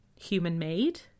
human-made